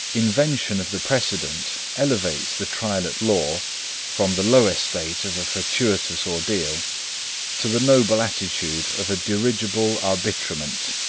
invention of the precedent elevates the trial-at-law from the low estate of a fortuitous ordeal to the noble attitude of a dirigible arbitrament.